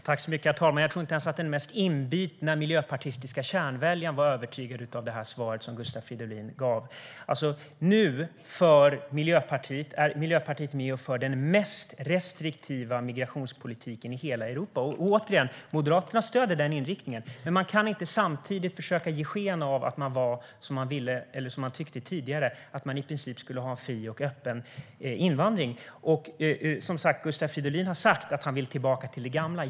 Herr talman! Jag tror inte ens att den mest inbitna miljöpartistiska kärnväljare övertygades av det här svaret som Gustav Fridolin gav. Nu är Miljöpartiet med och för den mest restriktiva migrationspolitiken i hela Europa. Och återigen: Moderaterna stöder den inriktningen. Men man kan inte samtidigt ge sken av att det - som man tyckte tidigare - i princip ska vara en fri och öppen invandring. Gustav Fridolin har sagt att han vill tillbaka till det gamla.